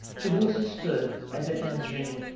tiburcio stood as if in a dream.